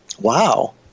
Wow